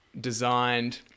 designed